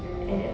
mm